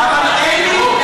ואנחנו,